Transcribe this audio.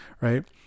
right